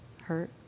hurt